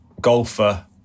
golfer